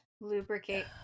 lubricate